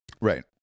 right